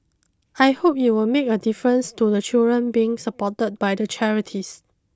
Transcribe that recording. I hope it will make a difference to the children being supported by the charities